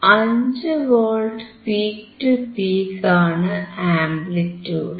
5 volt peak to peak ആണ് amplitude